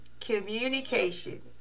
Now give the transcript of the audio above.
Communication